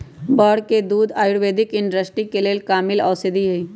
बड़ के दूध आयुर्वैदिक इंडस्ट्री के लेल कामिल औषधि हई